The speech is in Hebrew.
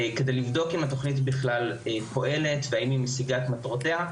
כדי לבדוק אם התוכנית בכלל פעולת והאם היא משיגה את מטרותיה,